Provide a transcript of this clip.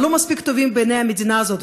אבל לא מספיק טובים בעיני המדינה הזאת